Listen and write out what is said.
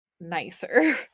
nicer